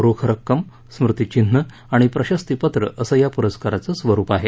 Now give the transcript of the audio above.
रोख रक्कम स्मृतीचिन्ह आणि प्रशस्तीपत्र असं पुरस्काराचं स्वरुप आहे